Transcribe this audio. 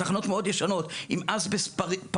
אלה תחנות מאוד ישנות עם אזבסט פריך,